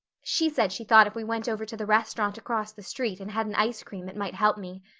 she said she thought if we went over to the restaurant across the street and had an ice cream it might help me.